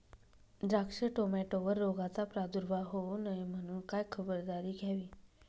द्राक्ष, टोमॅटोवर रोगाचा प्रादुर्भाव होऊ नये म्हणून काय खबरदारी घ्यावी?